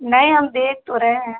नहीं हम देख तो रहे हैं